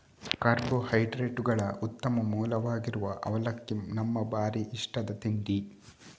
ಕಾರ್ಬೋಹೈಡ್ರೇಟುಗಳ ಉತ್ತಮ ಮೂಲವಾಗಿರುವ ಅವಲಕ್ಕಿ ನಮ್ಮ ಭಾರೀ ಇಷ್ಟದ ತಿಂಡಿ